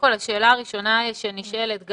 השאלה הראשונה שנשאלת,